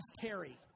Terry